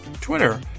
Twitter